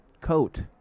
coat